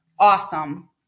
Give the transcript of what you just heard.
awesome